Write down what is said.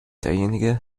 derjenige